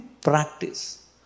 practice